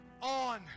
on